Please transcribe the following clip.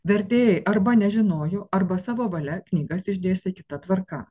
vertėjai arba nežinojo arba savo valia knygas išdėstė kita tvarka